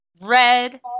red